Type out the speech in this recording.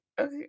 okay